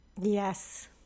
yes